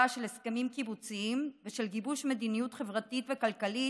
של הסכמים קיבוציים ושל גיבוש מדיניות חברתית וכלכלית